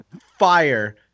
fire